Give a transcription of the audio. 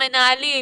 מנהלים,